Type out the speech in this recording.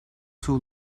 too